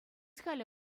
халӗ